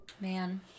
man